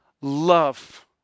love